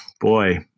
boy